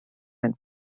and